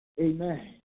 Amen